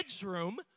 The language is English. bedroom